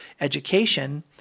education